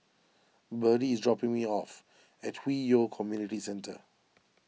Birdie is dropping me off at Hwi Yoh Community Centre